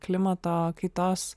klimato kaitos